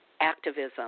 activism